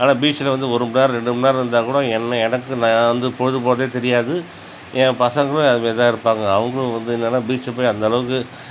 ஆனால் பீச்சில் வந்து ஒரு மணி நேரம் ரெண்டு மணி நேரம் இருந்தால் கூட என்ன எனக்கு நான் வந்து பொழுது போகிறதே தெரியாது என் பசங்களும் அது மாரி தான் இருப்பாங்க அவங்குளும் வந்து என்னென்னா பீச்சை போய் அந்த அளவுக்கு